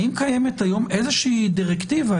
האם קיימת היום איזושהי דירקטיבה,